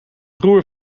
roer